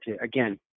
again